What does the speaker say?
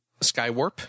Skywarp